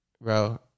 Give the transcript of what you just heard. Bro